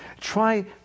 Try